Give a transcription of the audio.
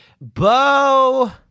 Bo